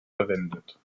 verwendet